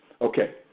Okay